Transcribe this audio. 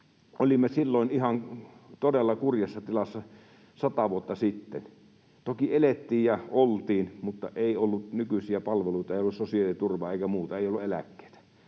vuotta sitten ihan todella kurjassa tilassa. Toki elettiin ja oltiin, mutta ei ollut nykyisiä palveluita ja ei ollut sosiaaliturvaa eikä muuta, ei ollut eläkkeitä.